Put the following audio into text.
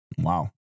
Wow